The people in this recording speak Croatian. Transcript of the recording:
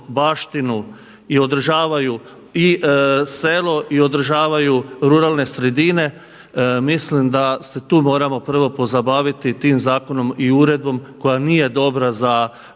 baštinu i održavaju i selo i održavaju ruralne sredine, mislim da se tu moramo prvo pozabaviti tim zakonom i uredbom koja nije dobra za